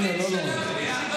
זה עולב שבעולב.